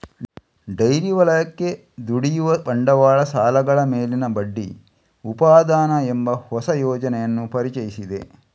dairy ವಲಯಕ್ಕೆ ದುಡಿಯುವ ಬಂಡವಾಳ ಸಾಲಗಳ ಮೇಲಿನ ಬಡ್ಡಿ ಉಪಾದಾನ ಎಂಬ ಹೊಸ ಯೋಜನೆಯನ್ನು ಪರಿಚಯಿಸಿದೆ